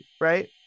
right